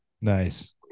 Nice